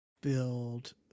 build